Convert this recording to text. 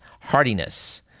hardiness